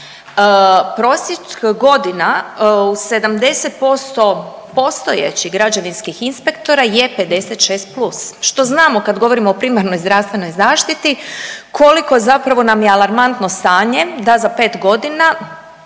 Prosjek godina u 70% postojećih građevinskih inspektora je 56+ što znamo kada govorimo o primarnoj zdravstvenoj zaštiti koliko zapravo nam je alarmantno stanje da za 5 godina